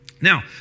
Now